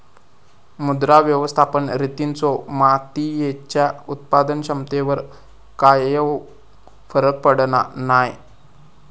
मृदा व्यवस्थापन रितींचो मातीयेच्या उत्पादन क्षमतेवर कायव फरक पडना नाय